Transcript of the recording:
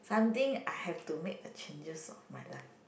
something I have to make a changes of my life